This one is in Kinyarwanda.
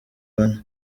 bane